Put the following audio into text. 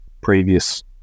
previous